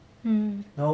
嗯